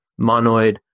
monoid